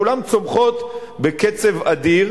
כולן צומחות בקצב אדיר,